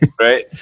right